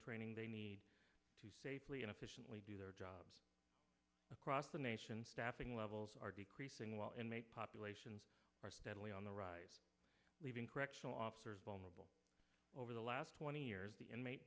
training they need to safely and efficiently do their job across the nation staffing levels are decreasing well and make populations are steadily on the rise leaving correctional officers vulnerable over the last twenty years the